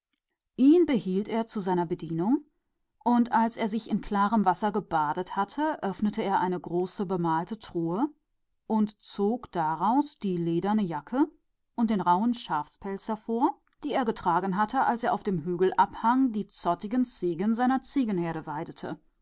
ihn behielt er zu seiner bedienung bei sich und als er sich im klaren wasser gebadet hatte öffnete er eine große steinalte truhe und nahm das rohe lederwams und den rauhen schaffellmantel heraus die er getragen hatte als er auf dem hügelhang die zottigen ziegen des hirten